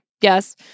Yes